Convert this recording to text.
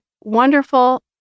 wonderful